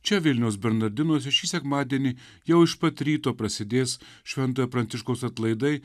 čia vilniaus bernardinuose šį sekmadienį jau iš pat ryto prasidės šventojo pranciškaus atlaidai